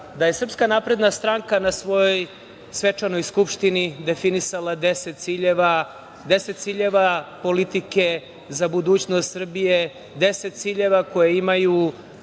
da je Srpska napredna stranka na svojoj svečanoj Skupštini definisala 10 ciljeva, 10 ciljeva politike za budućnost Srbije, 10 ciljeva koje imaju